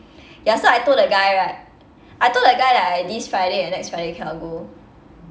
ya so I told that guy right I told that guy that I this friday and next friday cannot go